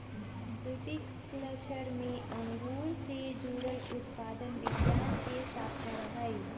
viticulture में अंगूर से जुड़ल उद्यान विज्ञान के शाखा हई